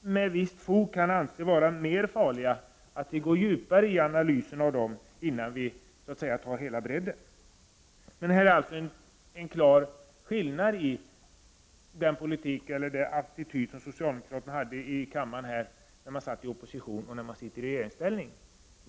med visst fog kan misstänka är mer farliga än andra innan vi går vidare. Här finns alltså en klar skillnad mellan den attityd som socialdemokraterna hade här i kammaren i opposition och den man har i regeringsställning.